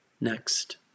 next